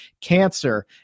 cancer